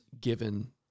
given